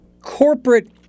corporate